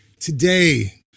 today